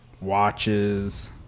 watches